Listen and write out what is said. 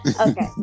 Okay